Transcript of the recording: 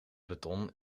beton